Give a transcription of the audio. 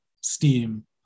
STEAM